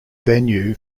venue